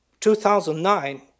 2009